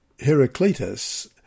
Heraclitus